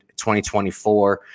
2024